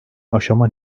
aşama